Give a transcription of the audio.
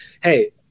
hey